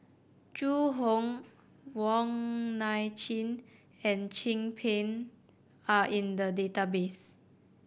Zhu Hong Wong Nai Chin and Chin Peng are in the database